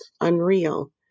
unreal